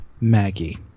Maggie